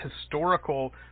historical